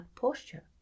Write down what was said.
posture